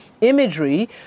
imagery